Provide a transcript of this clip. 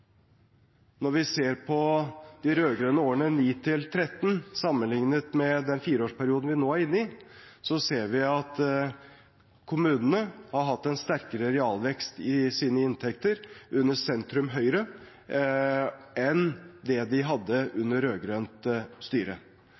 når vi ser på de rød-grønne årene fra 2009 til 2013 sammenlignet med den fireårsperioden vi nå er inne i, er at at kommunene har hatt en sterkere realvekst i sine inntekter under sentrum–høyre enn det de hadde under rød-grønt styre.